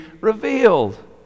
revealed